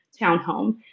townhome